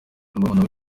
murumuna